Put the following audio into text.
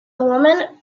woman